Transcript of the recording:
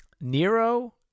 Nero